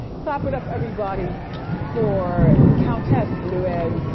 clap it up, everybody for countess luann